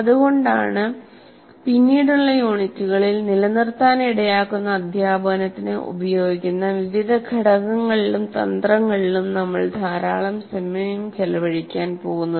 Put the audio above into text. അതുകൊണ്ടാണ് പിന്നീടുള്ള യൂണിറ്റുകളിൽ നിലനിർത്താൻ ഇടയാക്കുന്ന അധ്യാപനത്തിന് ഉപയോഗിക്കുന്ന വിവിധ ഘടകങ്ങളിലും തന്ത്രങ്ങളിലും നമ്മൾ ധാരാളം സമയം ചെലവഴിക്കാൻ പോകുന്നത്